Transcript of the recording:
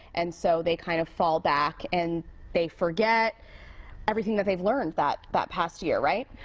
and so they kind of fall back and they forget everything that they've learned that that past year, right?